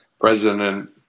president